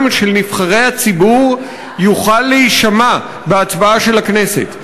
של נבחרי הציבור יוכל להישמע בהצבעה של הכנסת.